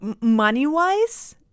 money-wise